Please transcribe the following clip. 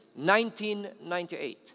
1998